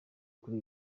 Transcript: kuri